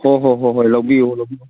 ꯍꯣ ꯍꯣ ꯍꯣ ꯍꯣꯏ ꯂꯧꯕꯤꯌꯨ ꯂꯧꯕꯤꯌꯨ